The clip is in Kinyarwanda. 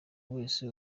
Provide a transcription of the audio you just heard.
wese